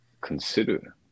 consider